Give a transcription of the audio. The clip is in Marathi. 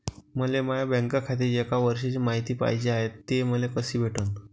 मले माया बँक खात्याची एक वर्षाची मायती पाहिजे हाय, ते मले कसी भेटनं?